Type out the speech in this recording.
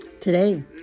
Today